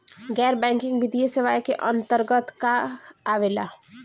गैर बैंकिंग वित्तीय सेवाए के अन्तरगत का का आवेला?